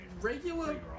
regular